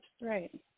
Right